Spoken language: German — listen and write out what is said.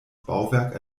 bauwerk